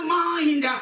mind